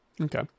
Okay